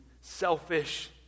selfish